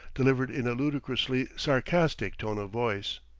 delivered in a ludicrously sarcastic tone of voice.